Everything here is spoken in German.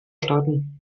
starten